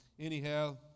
Anyhow